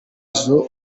izo